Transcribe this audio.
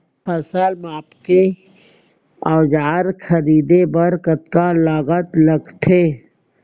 फसल मापके के औज़ार खरीदे बर कतका लागत लगथे?